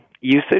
usage